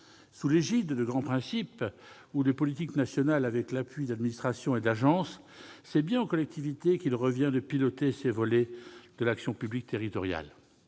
Sous l'égide de grands principes ou de politiques nationales, et avec l'appui d'administrations et d'agences, c'est bien aux collectivités qu'il revient de piloter ces volets de l'action publique territoriale.